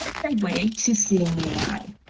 to segue to seeing ai.